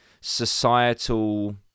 societal